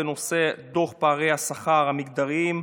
בנושא: דוח פערי השכר המגדריים,